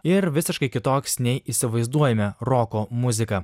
ir visiškai kitoks nei įsivaizduojame roko muzika